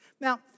Now